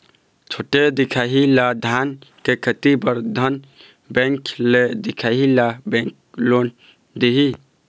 छोटे दिखाही ला धान के खेती बर धन बैंक ले दिखाही ला बैंक लोन दिही?